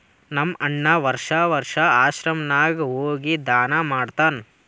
ನಮ್ ಅಣ್ಣಾ ವರ್ಷಾ ವರ್ಷಾ ಆಶ್ರಮ ನಾಗ್ ಹೋಗಿ ದಾನಾ ಮಾಡ್ತಾನ್